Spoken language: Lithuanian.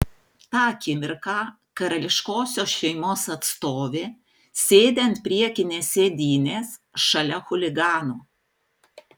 tą akimirką karališkosios šeimos atstovė sėdi ant priekinės sėdynės šalia chuligano